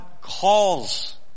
calls